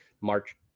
March